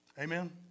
Amen